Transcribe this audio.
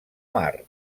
mar